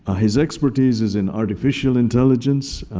ah his expertise is in artificial intelligence,